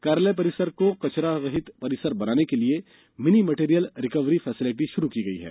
कार्यालय परिसर को कचरा रहित परिसर बनाने के लिए मिनी मटेरियल रिकवरी फेसिलिटी शुरु की गई है